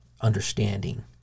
understanding